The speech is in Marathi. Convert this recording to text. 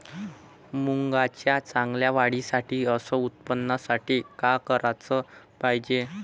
मुंगाच्या चांगल्या वाढीसाठी अस उत्पन्नासाठी का कराच पायजे?